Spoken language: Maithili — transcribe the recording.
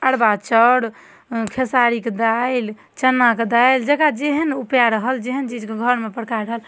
अरबा चाउर खेसारीके दालि चनाके दालि जकरा जेहन ऊपए रहल जेहन चीजके घरमे प्रकार रहल